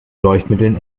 leuchtmitteln